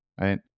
right